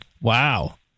wow